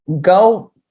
go